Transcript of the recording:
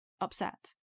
Upset